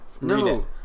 No